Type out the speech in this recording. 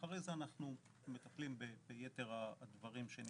אחרי זה אנחנו מטפלים ביתר הדברים.